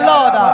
Lord